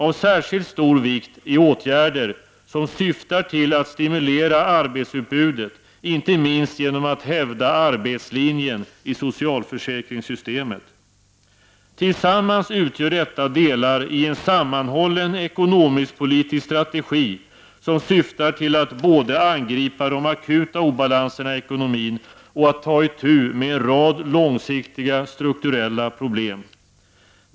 Av särskilt stor vikt är åtgärder som syftar till att stimulera arbetsutbudet, inte minst genom att arbetslinjen i socialförsäkringssystemet hävdas. Tillsammans utgör detta delar i en sammanhållen ekonomisk-politisk strategi som syftar till att man både angriper de akuta obalanserna i ekonomin och tar itu med en rad långsiktiga, strukturella problem.